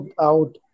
out